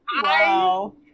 Wow